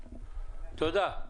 תודה.